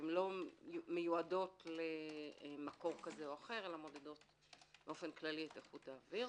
הן לא מיועדות למקור כזה או אחר אלא מודדות באופן כללי את איכות האוויר.